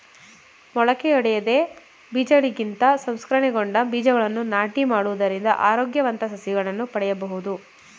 ಮೊಳಕೆಯೊಡೆದ ಬೀಜಗಳಿಗಿಂತ ಸಂಸ್ಕರಣೆಗೊಂಡ ಬೀಜಗಳನ್ನು ನಾಟಿ ಮಾಡುವುದರಿಂದ ಆರೋಗ್ಯವಂತ ಸಸಿಗಳನ್ನು ಪಡೆಯಬೋದು